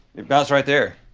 it bounced right there.